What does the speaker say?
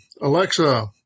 Alexa